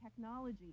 technology